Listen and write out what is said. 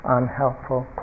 unhelpful